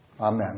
Amen